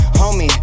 homie